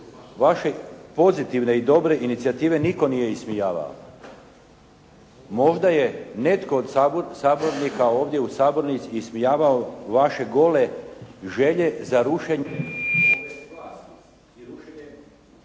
Vaše pozitivne i dobre inicijative nitko nije ismijavao. Možda je netko od sabornika ovdje u sabornici ismijavao vaše gole želje za rušenje